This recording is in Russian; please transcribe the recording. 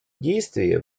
действие